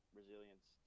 resilience